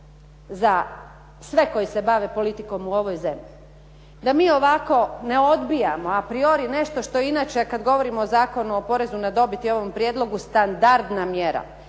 za sve koji se bave politikom u ovoj zemlji da mi ovako ne odbijamo a priori nešto što je inače kad govorimo o Zakonu o porezu na dobit i ovom prijedlogu standardna mjera,